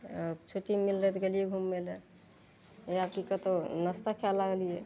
आओर छुट्टी मिललय तऽ गेलियै घूमय लए वएह की कतऽ नास्ता खाय लागलियै